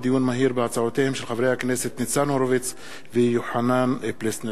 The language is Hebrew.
הצעתם של חברי הכנסת ניצן הורוביץ ויוחנן פלסנר.